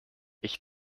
ich